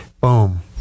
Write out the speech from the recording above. Boom